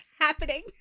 happening